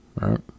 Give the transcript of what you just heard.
right